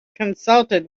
consulted